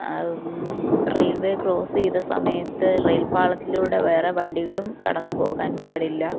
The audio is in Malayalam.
റെയിൽവേ ക്രോസ് ചെയ്ത സമയത്ത് റെയിൽ പാളത്തിലൂടെ വേറെ വണ്ടികളും കടന്നു പോകാൻ പാടില്ല